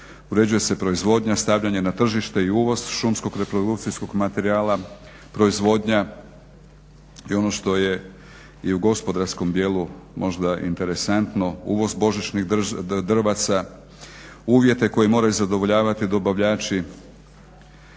uređuje se proizvodnja, stavljanje na tržište i uvoz šumskog reprodukcijskog materijala, proizvodnja i ono što je i u gospodarskom dijelu možda interesantno, uvoz božićnih drvaca, uvjete koji moraju zadovoljavati dobavljači,